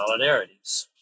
solidarities